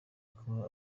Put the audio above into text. hakaba